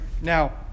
Now